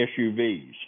SUVs